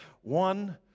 one